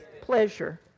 pleasure